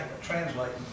translating